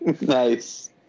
Nice